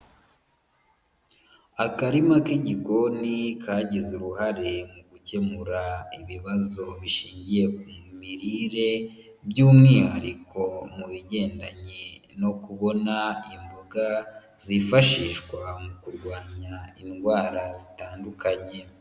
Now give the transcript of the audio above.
Akarima k'igikoni kagize uruhare mu gukemura ibibazo bishingiye ku mirire, by'umwihariko mu bigendanye no kubona imboga zifashishwa mu kurwanya indwara zitandukanye.